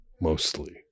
mostly